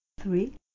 Three